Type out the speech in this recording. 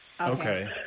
Okay